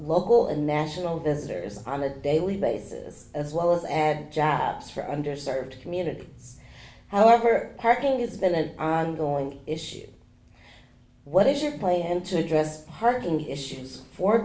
local and national visitor is a pilot daily basis as well as add jobs for under served community however parking has been an ongoing issue what is your plan to address parking issues for